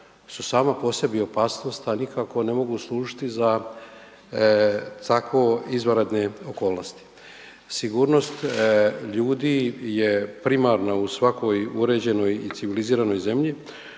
su sama po sebi opasnost, a nikako ne mogu služiti za tako izvanredne okolnosti. Sigurnost ljudi je primarna u svakoj uređenoj i civiliziranoj zemlji,